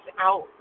out